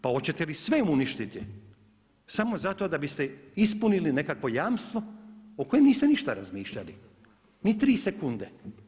Pa oćete li sve uništiti samo zato da biste ispunili nekakvo jamstvo o kojem niste ništa razmišljali, ni 3 sekunde?